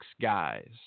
guys